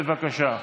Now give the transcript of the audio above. בבקשה.